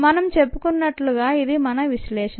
మనం చెప్పకున్నట్లుగా ఇది మన విశ్లేషణ